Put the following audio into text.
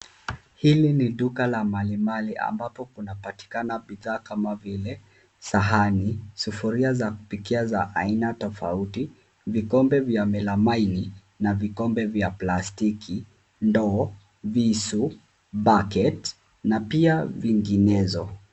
Hili ni duka la malimali ambapo kunapatikana bidhaa kama vile sahani, sufuria za kupikia za aina tofauti, vikombe vya melamaini na vikombe vya plastiki, ndoo, visu, bucket , na pia vinginezo.